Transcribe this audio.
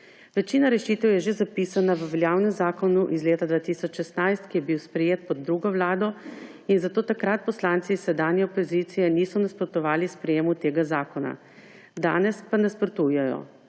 Večina rešitev je že zapisana v veljavnem zakonu iz leta 2016, ki je bil sprejet pod drugo vlado in zato takratni poslanci iz sedanje opozicije niso nasprotovali sprejemu tega zakona, danes pa nasprotujejo.